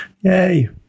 yay